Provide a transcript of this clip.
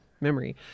memory